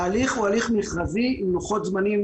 ההליך הוא הליך מכרזי עם לוחות זמנים